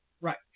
Right